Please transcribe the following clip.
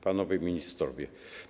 Panowie Ministrowie!